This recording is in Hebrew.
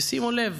ושימו לב,